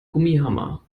gummihammer